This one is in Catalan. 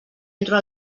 entro